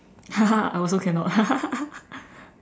I also cannot